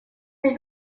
des